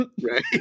Right